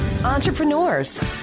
entrepreneurs